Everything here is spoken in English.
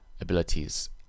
abilities